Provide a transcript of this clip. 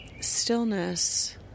stillness